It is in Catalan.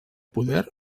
poder